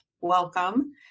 welcome